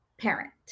parent